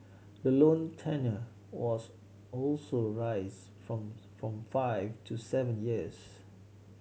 the loan tenure was also raised from from five to seven years